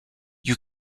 you